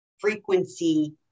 frequency